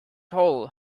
hole